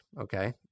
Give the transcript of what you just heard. Okay